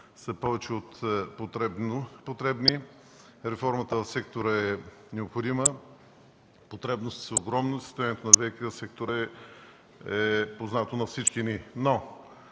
са повече от потребни. Реформата в сектора е необходима. Потребностите са огромни. Състоянието на ВиК сектора е познато на всички ни. Днес